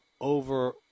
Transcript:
over